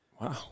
wow